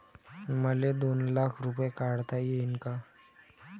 मले दोन लाख रूपे काढता येईन काय?